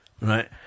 Right